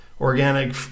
organic